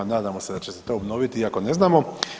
Nadamo da će se to obnoviti iako ne znamo.